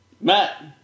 Matt